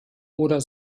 oder